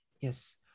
Yes